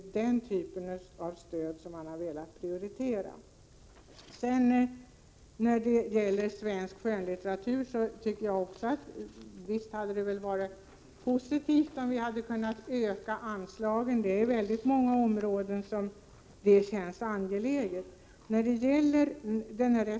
Den här frågan har alltså också en yttrandefrihetsaspekt. Visst hade det väl varit positivt om vi hade kunnat öka anslagen till svensk skönlitteratur — det tycker också jag. Det känns angeläget på många områden.